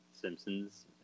Simpsons